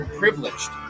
privileged